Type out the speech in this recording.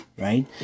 right